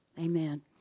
Amen